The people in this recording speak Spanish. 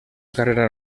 carrera